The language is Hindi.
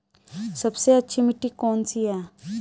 सबसे अच्छी मिट्टी कौन सी है?